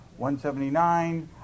$179